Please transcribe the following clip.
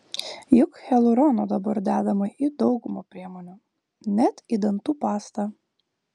juk hialurono dabar dedama į daugumą priemonių net į dantų pastą